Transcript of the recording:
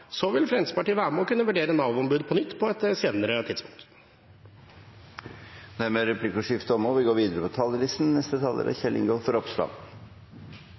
vil Fremskrittspartiet kunne være med og vurdere Nav-ombud på nytt på et senere tidspunkt. Replikkordskiftet er omme.